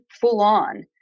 full-on